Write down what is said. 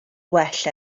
well